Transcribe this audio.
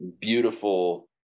beautiful